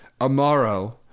Amaro